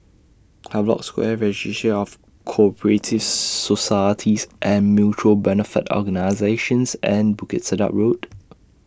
Havelock Square Registry of Co Operative Societies and Mutual Benefit Organisations and Bukit Sedap Road